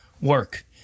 work